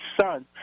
son